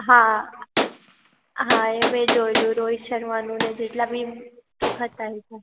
હા હા એ મેં જોયેલું રોહિત શર્માનું ને જેટલા બી હતા એ તો